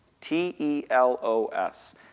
T-E-L-O-S